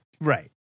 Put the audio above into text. Right